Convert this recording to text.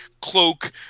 cloak